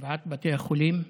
שבעת בתי החולים,